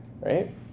Right